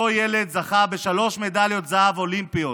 ואותו ילד זכה בשלוש מדליות זהב אולימפיות.